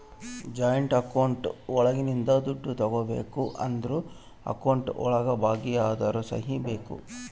joint account ಒಳಗಿಂದ ದುಡ್ಡು ತಗೋಬೇಕು ಅಂದ್ರು ಅಕೌಂಟ್ ಒಳಗ ಭಾಗಿ ಅದೋರ್ ಸಹಿ ಬೇಕು